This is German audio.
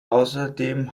außerdem